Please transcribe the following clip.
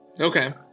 Okay